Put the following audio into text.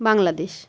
Bangladesh